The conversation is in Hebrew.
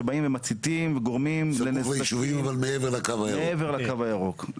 שבאים ומציתים מעבר לקו הירוק.